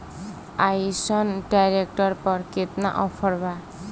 अइसन ट्रैक्टर पर केतना ऑफर बा?